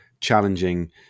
challenging